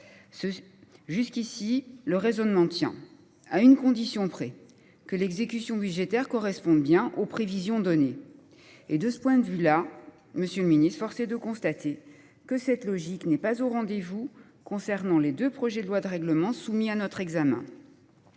Jusqu’ici, le raisonnement tient… à condition que l’exécution budgétaire corresponde bien aux prévisions données. Or, monsieur le ministre, force est de constater que cette logique n’est pas au rendez vous en ce qui concerne les deux projets de loi de règlement soumis à notre examen.